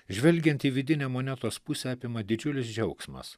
žvelgiant į vidinę monetos pusę apima didžiulis džiaugsmas